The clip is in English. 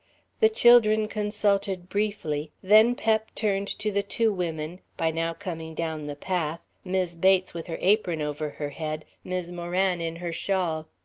the children consulted briefly, then pep turned to the two women, by now coming down the path, mis' bates with her apron over her head, mis' moran in her shawl.